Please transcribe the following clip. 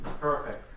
Perfect